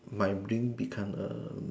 my dream become a